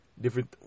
different